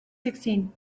sixteen